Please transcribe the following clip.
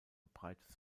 breites